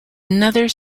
another